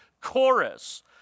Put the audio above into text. chorus